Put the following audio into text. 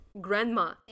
grandma